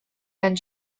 and